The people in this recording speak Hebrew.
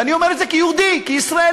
ואני אומר את זה כיהודי, כישראלי.